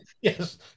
Yes